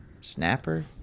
Snapper